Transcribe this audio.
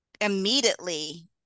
immediately